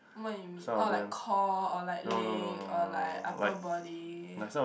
what you mean or like core or like leg or like upper body